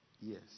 yes